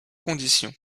condition